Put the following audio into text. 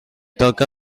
toca